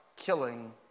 Killing